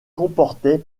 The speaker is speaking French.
comportait